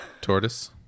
Tortoise